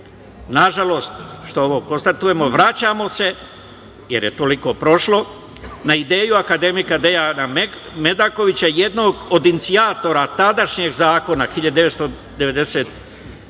nažalost što ovo konstatujemo, vraćamo se, jer je toliko prošlo, na ideju akademika Dejana Medakovića, jednog od inicijatora tadašnjeg zakona 1992.